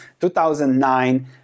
2009